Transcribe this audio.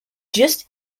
just